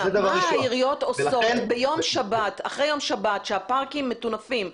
מה העיריות עושות אחרי יום שבת שהפארקים מטונפים?